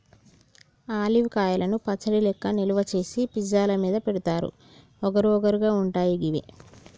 olive కాయలను పచ్చడి లెక్క నిల్వ చేసి పిజ్జా ల మీద పెడుతారు వగరు వగరు గా ఉంటయి గివి